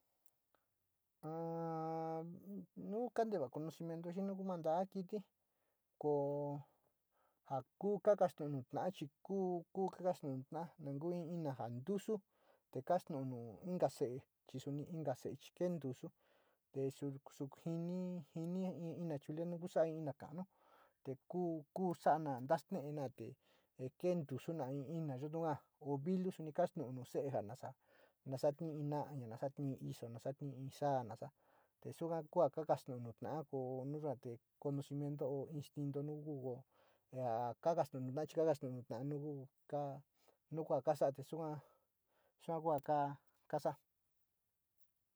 nukandeva conocimiento xhinuuunda kiti ko'o njakuu kakaxto noná chí kuu kakaxton nona nenkui iin nan nduxuu tekaxuu no'ó inka xet chixoni inka xet chikendutu nde'e xukini njini iña chilenadiko xa'a inna'a nó te kuu kuxana ndanena té he ken nduxuna i iina yunu'á ho vilú kaxkon no xet inja na'a xa'a na'axa'a tiná naxa'a tin ixo'ó naxan tii xa'ana yuka kuan kua axtono na'a nako xonate conocimiento ho instinto nuu ngugó eha ka axtonna nunguu ka'a nuu kua kaxtoni xunguá xuan huaka kaxa'á.